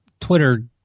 Twitter